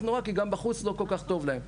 נורא כי גם בחוץ לא כל-כך טוב להם.